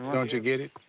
don't you get it?